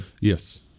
Yes